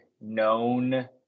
known